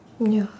oh ya